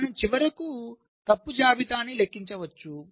మనము చివరకు తప్పు జాబితాను లెక్కించవచ్చు